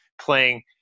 playing